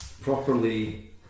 properly